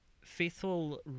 faithful